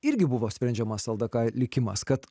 irgi buvo sprendžiamas ldk likimas kad